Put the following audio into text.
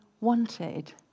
wanted